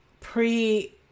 pre